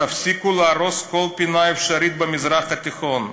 תפסיקו להרוס כל פינה אפשרית במזרח התיכון.